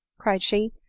cried she,